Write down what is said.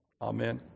Amen